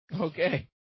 Okay